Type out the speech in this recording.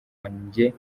wanjye